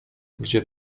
gdzie